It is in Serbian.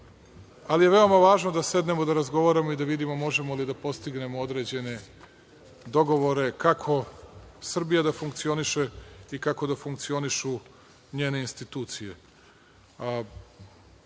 Veoma je važno da sednemo da razgovaramo i da vidimo možemo li da postignemo određene dogovore kako Srbija da funkcioniše i kako da funkcionišu njene institucije. Ja